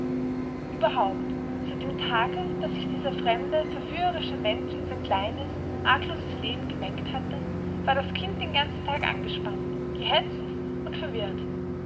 überhaupt seit dem tage da sich dieser fremde verführerische mensch in sein kleines argloses leben gemengt hatte war das kind den ganzen tag angespannt gehetzt und verwirrt